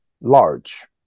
large